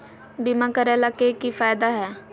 बीमा करैला के की फायदा है?